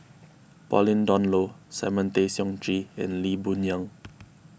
Pauline Dawn Loh Simon Tay Seong Chee and Lee Boon Yang